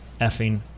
effing